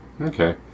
Okay